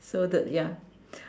so the ya